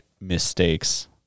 mistakes